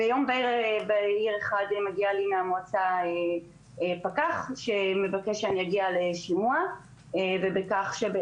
יום בהיר אחד הגיע פקח מהמועצה וביקש שאני אגיע לשימוע כי אני